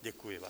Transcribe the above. Děkuji vám.